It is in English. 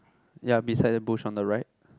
ya beside the bush on the right